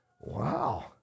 wow